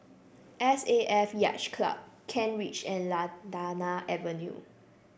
S A F Yacht Club Kent Ridge and Lantana Avenue